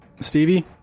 stevie